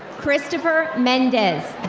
christopher mendez.